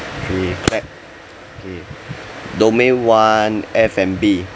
three clap okay domain one F&B